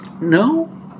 No